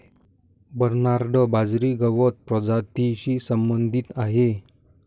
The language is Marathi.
बर्नार्ड बाजरी गवत प्रजातीशी संबंधित आहे